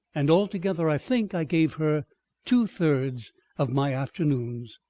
and altogether i think i gave her two-thirds of my afternoons.